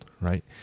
right